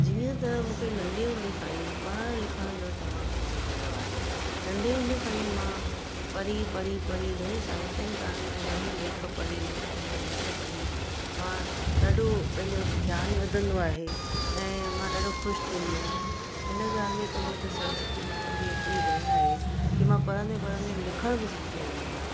जीअं त मूंखे नंढे हुंदे खां ई पढ़ण लिखण जो तमामु शौक़ु रहियो आहे नंढे हूंदे खां ई मां पढ़ी पढ़ी पढ़ी करे साहित्यकारनि जा घणेई लेख पढ़ी लेखकनि जा लेख पढ़ी मां ॾाढो पंहिंजो ज्ञान वधंदो आहे ऐं मां ॾाढो ख़ुशि थींदी आहियां हिन ॻाल्हि में त मूं ते सरस्वती माता जी एतिरी दया आहे कि मां पढ़ंदे पढ़ंदे लिखण बि सिखी वेई आहियां